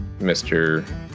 mr